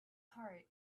heart